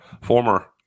Former